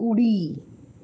उडी